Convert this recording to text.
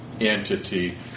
entity